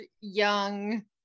young